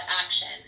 action